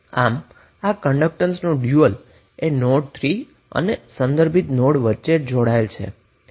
તેથી આ કન્ડક્ટન્સનું ડયુઅલ એ નોડ 3 અને રેફેરન્સ નોડ વચ્ચે જોડાયેલ હશે